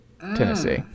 Tennessee